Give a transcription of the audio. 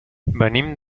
venim